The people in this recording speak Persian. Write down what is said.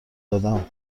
دادم